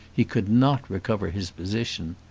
he could not recover his position.